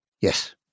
Yes